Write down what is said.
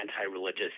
anti-religious